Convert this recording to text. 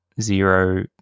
zero